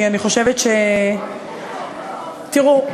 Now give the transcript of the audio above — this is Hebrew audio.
תראו,